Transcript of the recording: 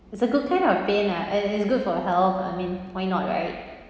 it's a good kind of pain ah and is good for health I mean why not right